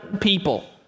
people